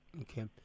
Okay